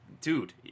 dude